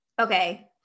Okay